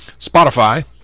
Spotify